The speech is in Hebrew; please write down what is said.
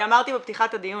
אני אמרתי בפתיחת הדיון